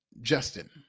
Justin